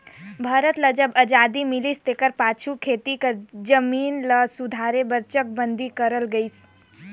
भारत ल जब अजादी मिलिस तेकर पाछू खेती कर जमीन ल सुधारे बर चकबंदी करल गइस